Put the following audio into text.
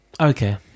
okay